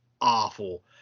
awful